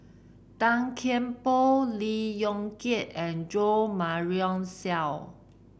Tan Kian Por Lee Yong Kiat and Jo Marion Seow